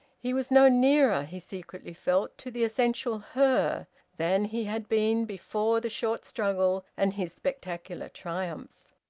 he was no nearer he secretly felt to the essential her than he had been before the short struggle and his spectacular triumph.